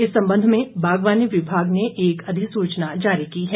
इस संबंध में बागवानी विभाग ने एक अधिसूचना जारी की है